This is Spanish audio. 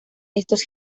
estos